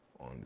On